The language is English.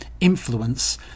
influence